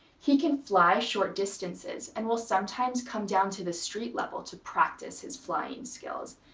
he can fly short distances and will sometimes come down to the street level to practice his flying skills.